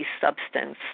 substance